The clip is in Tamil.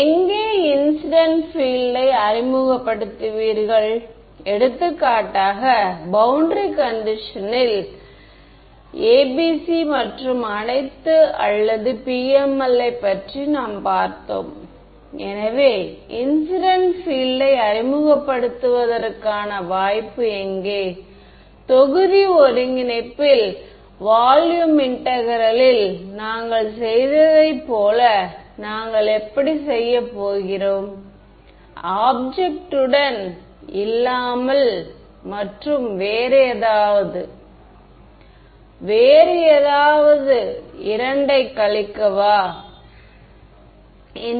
எனவே இவை நீங்கள் மனதில் கொள்ள வேண்டிய மிக எளிய செயல்படுத்துதல் ஆகும் நீங்கள் பார்த்திருக்கலாம் சிக்கல்கள் ஏதும் இல்லையெனில் உங்கள் குறியீட்டில் எதுவும் சரியாக இயங்காது